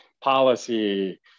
policy